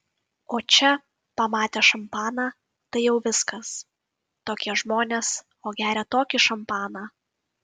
o čia pamatė šampaną tai jau viskas tokie žmonės o gerią tokį šampaną